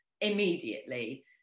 immediately